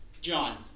John